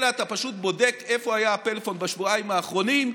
אלא אתה פשוט בודק איפה היה הטלפון בשבועיים האחרונים,